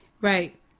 Right